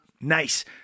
nice